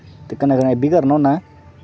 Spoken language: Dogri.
ते कन्नै कन्नै एह् बी करना होन्नां